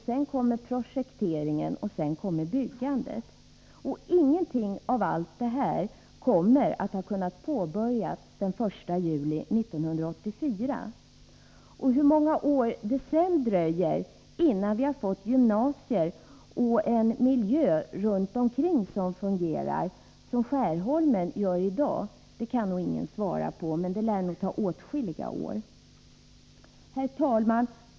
Sedan kommer projekteringen och till slut byggandet. Inget av allt det här kommer att ha kunnat påbörjas den 1 juli 1984. Hur många år det sedan dröjer innan vi har fått gymnasier och en miljö runt omkring som fungerar så som Skärholmen gör i dag kan inte någon svara på. Det lär nog ta åtskilliga år. Herr talman!